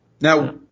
now